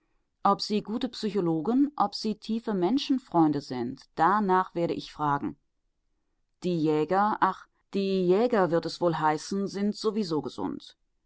ob sie gute psychologen ob sie tiefe menschenfreunde sind danach werde ich fragen die jäger ach die jäger wird es wohl heißen sind sowieso gesund